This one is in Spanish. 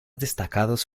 destacados